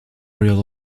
rail